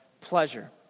pleasure